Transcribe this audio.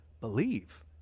believe